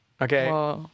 Okay